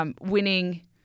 Winning